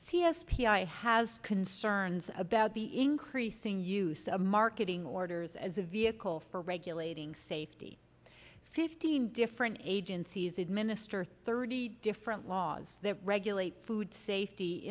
i has concerns about the increasing use of marketing orders as a vehicle for regulating safety fifteen different agencies administer thirty different laws that regulate food safety